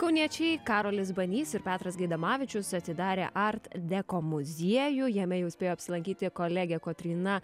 kauniečiai karolis banys ir petras gaidamavičius atidarė art deko muziejų jame jau spėjo apsilankyti kolegė kotryna